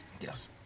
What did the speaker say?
Yes